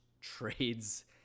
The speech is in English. trades